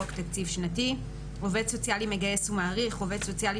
חוק תקציב שנתי); "עובד סוציאלי מגייס ומעריך" עובד סוציאלי